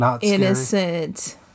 innocent